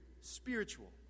spiritual